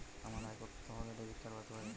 আমার আয় কত হলে ডেবিট কার্ড পেতে পারি?